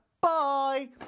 Bye